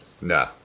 No